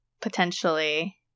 potentially